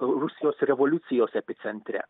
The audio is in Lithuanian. rusijos revoliucijos epicentre